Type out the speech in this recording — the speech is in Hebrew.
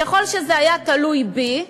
ככל שזה היה תלוי בי,